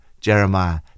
Jeremiah